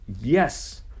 Yes